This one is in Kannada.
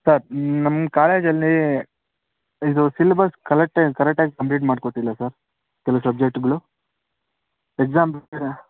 ಸರ್ ನಮ್ಮ ಕಾಲೇಜಲ್ಲಿ ಇದು ಸಿಲಬಸ್ ಕಲೆಕ್ಟಾಗ್ ಕರೆಕ್ಟಾಗಿ ಕಂಪ್ಲೀಟ್ ಮಾಡಿಕೊಟ್ಟಿಲ್ಲ ಸರ್ ಕೆಲವು ಸಬ್ಜೆಕ್ಟ್ಗಳು ಎಕ್ಸಾಮ್ ಬರ್ತಿದೆ